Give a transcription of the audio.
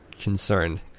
concerned